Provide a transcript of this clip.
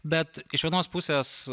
bet iš vienos pusės